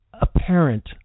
apparent